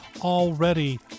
already